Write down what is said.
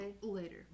Later